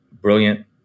brilliant